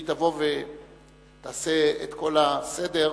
שהיא תבוא ותעשה את כל הסדר